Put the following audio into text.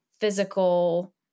physical